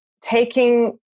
taking